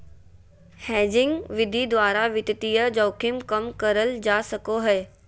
hedging विधि द्वारा वित्तीय जोखिम कम करल जा सको हय